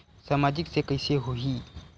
सामाजिक से कइसे होही?